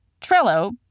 Trello